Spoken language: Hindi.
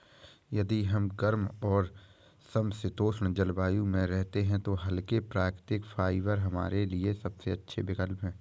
यदि हम गर्म और समशीतोष्ण जलवायु में रहते हैं तो हल्के, प्राकृतिक फाइबर हमारे लिए सबसे अच्छे विकल्प हैं